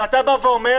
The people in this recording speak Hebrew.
אתה בא ואומר: